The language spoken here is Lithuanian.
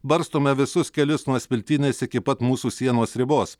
barstome visus kelius nuo smiltynės iki pat mūsų sienos ribos